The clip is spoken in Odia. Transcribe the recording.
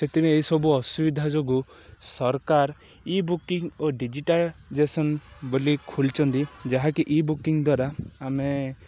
ସେଥିପାଇଁ ଏଇସବୁ ଅସୁବିଧା ଯୋଗୁଁ ସରକାର ଇ ବୁକିଂ ଓ ଡ଼ିଜିଟାଲାଇଜେସନ୍ ବୋଲି ଖୋଲିଛନ୍ତି ଯାହାକି ଇ ବୁକିଂ ଦ୍ୱାରା ଆମେ